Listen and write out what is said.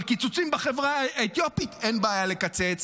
אבל קיצוצים בחברה האתיופית אין בעיה לקצץ,